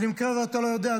במקרה שאתה לא יודע,